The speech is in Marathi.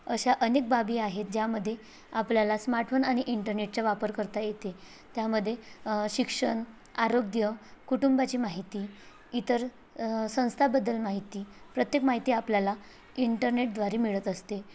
अशा अनेक बाबी आहेत ज्यामध्ये आपल्याला स्मार्टफोन आणि इंटरनेटचा वापर करता येते त्यामध्ये शिक्षण आरोग्य कुटुंबाची माहिती इतर संस्थाबद्दल माहिती प्रत्येक माहिती आपल्याला इंटरनेटद्वारे मिळत असते